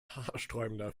haarsträubender